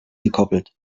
gekoppelt